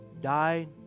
Died